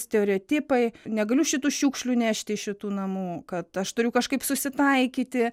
stereotipai negaliu šitų šiukšlių nešti iš šitų namų kad aš turiu kažkaip susitaikyti